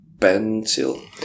pencil